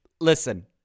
listen